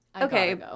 Okay